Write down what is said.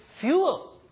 fuel